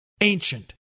ancient